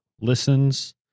listens